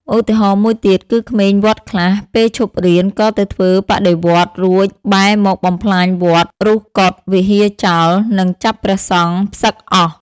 ឧទាហរណ៍មួយទៀត គឺក្មេងវត្តខ្លះ ពេលឈប់រៀនក៏ទៅធ្វើបដិវត្តន៍ រួចបែរមកបំផ្លាញវត្ត រុះកុដិ វិហារចោល និងចាប់ព្រះសង្ឃផ្សឹកអស់។